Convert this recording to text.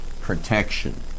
protection